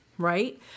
Right